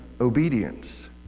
obedience